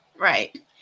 Right